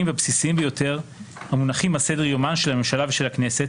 והבסיסיים ביותר המונחים על סדר-ומן של הממשלה ושל הכנסת,